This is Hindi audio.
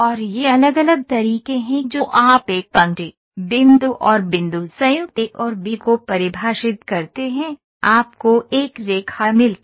और ये अलग अलग तरीके हैं जो आप एक पंक्ति बिंदु और बिंदु संयुक्त ए और बी को परिभाषित करते हैं आपको एक रेखा मिलती है